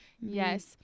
Yes